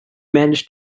managed